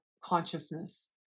consciousness